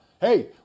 Hey